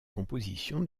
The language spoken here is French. composition